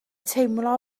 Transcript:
teimlo